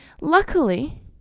Luckily